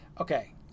Okay